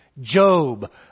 Job